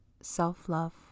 self-love